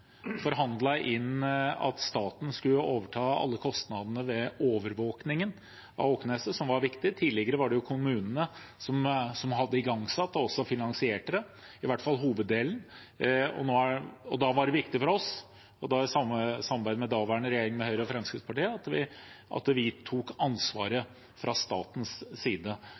inn at staten skulle overta alle kostnadene ved overvåkningen av Åkneset, som var viktig. Tidligere var det kommunene som igangsatte og finansierte det, i hvert fall hoveddelen. Da var det viktig for oss, i samarbeid med den daværende regjeringen med Høyre og Fremskrittspartiet, at staten tok ansvaret. For budsjettåret 2017 var det også forhandlinger her på Stortinget hvor vi